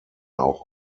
auch